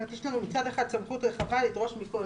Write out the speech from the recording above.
יש לנו מצד אחד סמכות רחבה לדרוש מכל